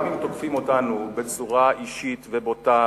גם אם תוקפים אותנו בצורה אישית ובוטה,